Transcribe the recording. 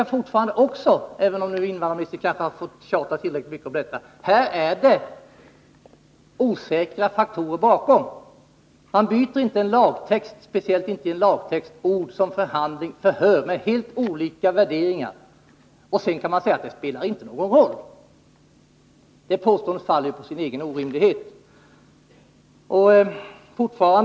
Jag vill också på denna punkt, trots att invandrarministern kanske redan har fått tjata tillräckligt mycket om detta, fortfarande hävda att det är ett svagt underlag för ställningstagandena. Man kan inte, speciellt inte i en lagtext, byta ut begrepp som ”förhör” mot ”förhandling”, ord som har helt olika valörer, och hävda att det inte spelar någon roll. Detta påstående faller på sin egen orimlighet.